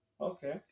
okay